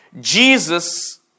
Jesus